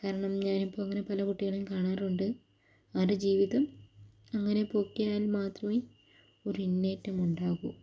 കാരണം ഞാനിപ്പോൾ അങ്ങനെ പല കുട്ടികളും കാണാറുണ്ട് അവരുടെ ജീവിതം അങ്ങനെ പോക്കിയാൽ മാത്രമേ ഒരു മുന്നേറ്റം ഉണ്ടാകു